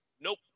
Nope